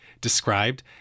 described